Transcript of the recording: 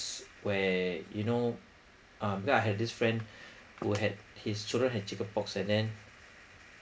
s~ where you know um because I had this friend who had his children had chicken pox and then